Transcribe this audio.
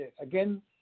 again